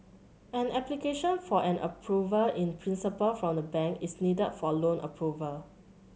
an application for an Approval in Principle from the bank is needed for loan approval